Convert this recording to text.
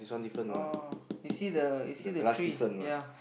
oh you see the you see the tree ya